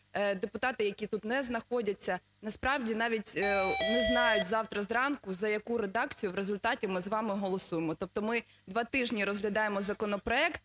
депутати, які тут не знаходяться, насправді навіть не знають, завтра зранку за яку редакцію в результаті ми з вами голосуємо. Тобто ми два тижні розглядаємо законопроект,